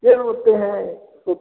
बच्चे रोते हैं तो